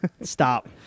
Stop